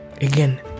Again